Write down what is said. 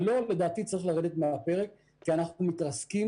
ה-לא, לדעתי, צריך לרדת מהפרק כי אנחנו מתרסקים.